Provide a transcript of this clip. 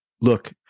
look